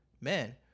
man